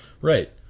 Right